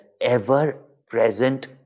ever-present